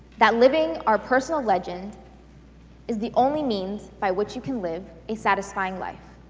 that living our personal legend is the only means by which you can live a satisfying life.